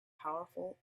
powerful